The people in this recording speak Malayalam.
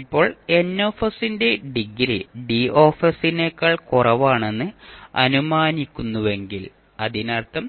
ഇപ്പോൾ N ന്റെ ഡിഗ്രി D നേക്കാൾ കുറവാണെന്ന് അനുമാനിക്കുന്നുവെങ്കിൽ അതിനർത്ഥം